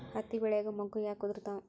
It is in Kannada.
ಹತ್ತಿ ಬೆಳಿಯಾಗ ಮೊಗ್ಗು ಯಾಕ್ ಉದುರುತಾವ್?